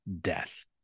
death